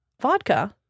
vodka